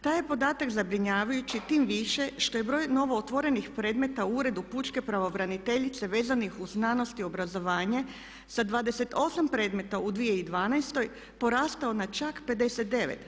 Taj je podatak zabrinjavajući tim više što je broj novo otvorenih predmeta u uredu pučke pravobraniteljice vezanih uz znanosti, obrazovanje sa 28 predmeta u 2012 porastao čak na 59.